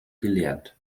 gelernt